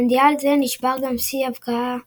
במונדיאל זה נשבר גם שיא ההבקעות